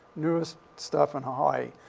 newest stuff in hawaii.